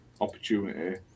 opportunity